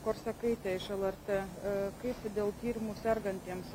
korsakaitė lrt kaip dėl tyrimų sergantiems